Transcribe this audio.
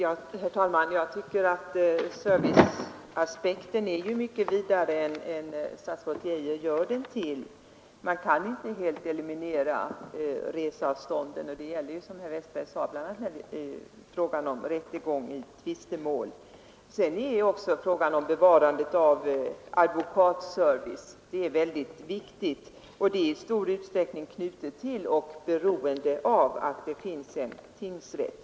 Herr talman! Jag tycker att serviceaspekten är mycket vidare än vad statsrådet Geijer här gör den till. Man kan inte bortse från reseavstånden när det gäller rättegång i tvistemål, som herr Westberg tog som exempel. Vidare gäller det också att ha kvar advokatservicen. Det är mycket viktigt. Och den saken är i stor utsträckning knuten till och beroende av att det finns en tingsrätt.